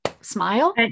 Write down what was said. smile